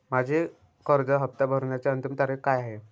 माझी कर्ज हफ्ता भरण्याची अंतिम तारीख काय आहे?